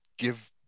Give